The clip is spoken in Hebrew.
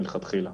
נכון.